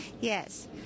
Yes